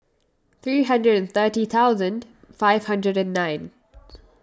three hundred and thirty thousand five hundred and nine